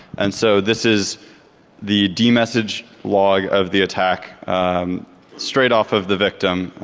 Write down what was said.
and so this is the demessage log of the attack straight off of the victim.